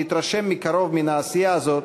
להתרשם מן העשייה הזאת,